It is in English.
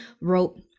wrote